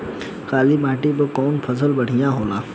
काली माटी पर कउन फसल बढ़िया होला?